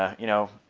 ah you know,